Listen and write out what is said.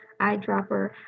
eyedropper